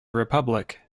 republic